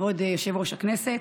כבוד יושב-ראש הכנסת,